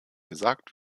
gesagt